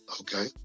Okay